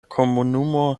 komunumo